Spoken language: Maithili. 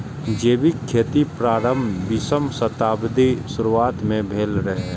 जैविक खेतीक प्रारंभ बीसम शताब्दीक शुरुआत मे भेल रहै